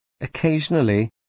occasionally